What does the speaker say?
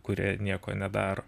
kurie nieko nedaro